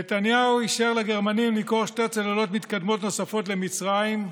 נתניהו אישר לגרמנים למכור שתי צוללות מתקדמות נוספות למצרים,